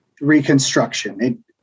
reconstruction